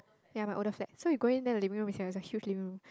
ya my older flat so you go in then the living room is here is a huge living room